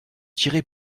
tirer